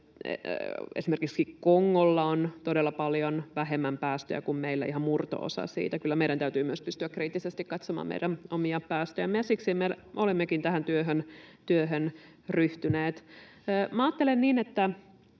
esimerkiksi Kongolla on todella paljon vähemmän päästöjä kuin meillä, ihan murto-osa siitä. Kyllä meidän täytyy myös pystyä kriittisesti katsomaan meidän omia päästöjämme, ja siksi me olemmekin tähän työhön ryhtyneet. Minä ajattelen, että